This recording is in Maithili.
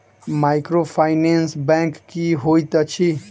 माइक्रोफाइनेंस बैंक की होइत अछि?